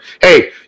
hey